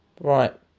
right